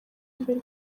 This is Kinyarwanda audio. imbere